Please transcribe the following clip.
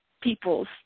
people's